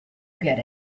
get